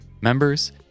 members